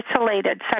isolated